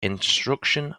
instruction